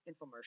infomercial